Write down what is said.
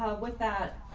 with that,